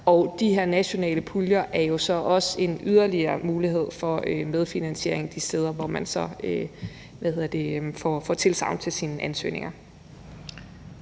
her nationale puljer er jo så også en yderligere mulighed for at få medfinansiering de steder, hvor man får tilsagn til sine ansøgninger.